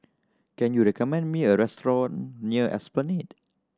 can you recommend me a restaurant near Esplanade